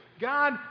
God